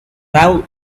now